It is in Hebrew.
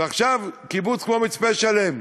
ועכשיו קיבוץ כמו מצפה-שלם,